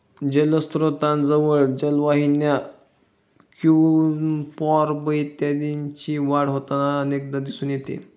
जलस्त्रोतांजवळ जलवाहिन्या, क्युम्पॉर्ब इत्यादींची वाढ होताना अनेकदा दिसून येते